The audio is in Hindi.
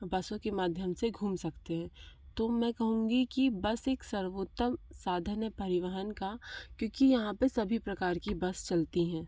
बसों के माध्यम से घूम सकते हैं तो मैं कहूँगी कि बस एक सर्वोत्तम साधन है परिवहन का क्योंकि यहाँ पर सभी प्रकार की बस चलती हैं